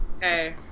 Hey